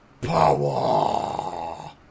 Power